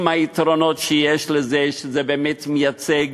עם היתרונות שיש לזה, זה באמת מייצג